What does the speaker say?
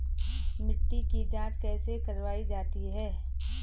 मिट्टी की जाँच कैसे करवायी जाती है?